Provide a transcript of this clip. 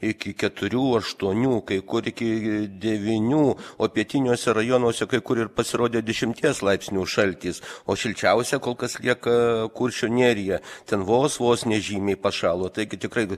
iki keturių aštuonių kai kur iki devynių o pietiniuose rajonuose kai kur ir pasirodė dešimties laipsnių šaltis o šilčiausia kol kas lieka kuršių nerija ten vos vos nežymiai pašalo taigi tikrai